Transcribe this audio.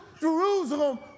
Jerusalem